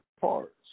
parts